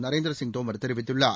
நரேந்திர சிங் தோமர் தெரிவித்துள்ளார்